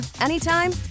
anytime